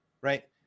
right